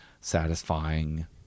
satisfying